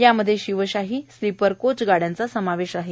यामध्ये शिवशाही असणे आणि स्लीपर कोच गाड्यांचा समावेश आहे